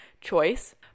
choice